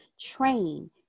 train